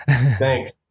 Thanks